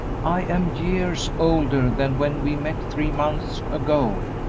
i am years older than when we met three months ago,